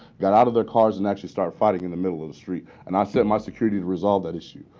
got out of their cars and actually start fighting in the middle of the street. and i sent my security to resolve that issue.